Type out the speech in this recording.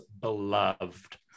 beloved